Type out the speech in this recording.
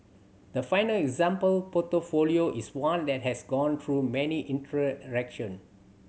the final example portfolio is one that has gone through many iteration